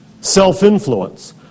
Self-influence